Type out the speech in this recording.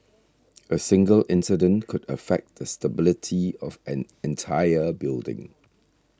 a single incident could affect the stability of an entire building